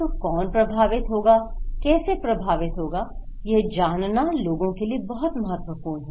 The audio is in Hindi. तो कौन प्रभावित होगा कैसे प्रभावित होगा यह जानना लोगों के लिए बहुत महत्वपूर्ण है